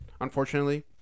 unfortunately